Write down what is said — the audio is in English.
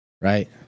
right